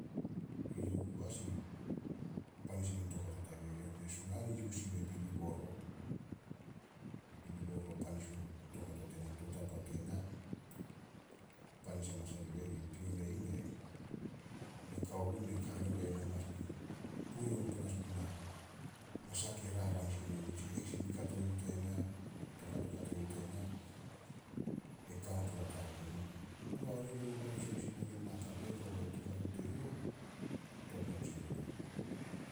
Eyouh oku as i, panis i mein toukato tarih. Hare ne Sunahan yus ime Billy Boro. Billy Boro panis no toukato tena, tou tapa tena, panis amanas a yu eh. Pion ne- ne kao gun ne ka hare gue na mas kure onot panas gun na, nasah ke rarang sin yuh. Tsi eksin kato yuh tena, toukato kato yuh tena, e kao not oria tarih. Noa on eyouh i mat sohis nangen na hakap eh, kobe toukato teyouh, tot not sin guna.